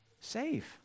save